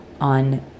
on